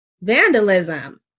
vandalism